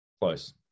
close